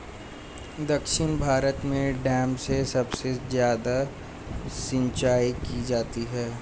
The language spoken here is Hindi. दक्षिण भारत में डैम से सबसे ज्यादा सिंचाई की जाती है